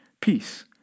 Peace